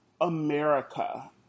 america